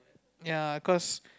ya cause